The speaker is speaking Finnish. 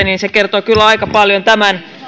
niin se kertoo kyllä aika paljon tämän